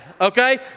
okay